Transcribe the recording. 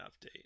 update